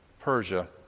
Persia